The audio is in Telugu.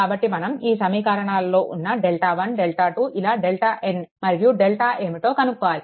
కాబట్టి మనం ఈ సమీకరణాలలో ఉన్న డెల్టా1 డెల్టా2 ఇలా డెల్టాn మరియు డెల్టా ఏమిటో కనుక్కోవాలి